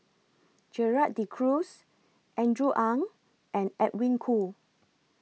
Gerald De Cruz Andrew Ang and Edwin Koo